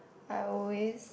I always